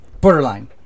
borderline